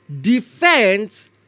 defense